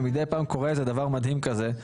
ומדי פעם קורה דבר מדהים כזה.